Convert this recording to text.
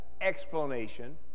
explanation